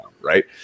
right